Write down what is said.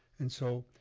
and so,